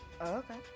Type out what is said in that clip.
okay